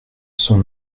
sont